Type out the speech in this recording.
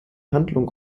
handlung